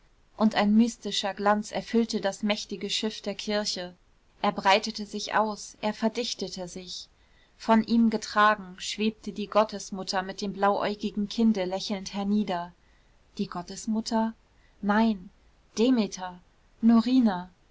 und ein mystischer glanz erfüllte das mächtige schiff der kirche er breitete sich aus er verdichtete sich von ihm getragen schwebte die gottesmutter mit dem blauäugigen kinde lächelnd hernieder die gottesmutter nein demeter norina